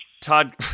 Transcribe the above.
Todd